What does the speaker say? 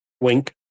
Wink